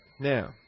Now